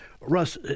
Russ